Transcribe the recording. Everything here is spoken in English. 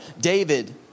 David